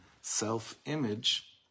self-image